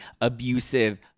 abusive